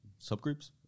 subgroups